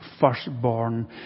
firstborn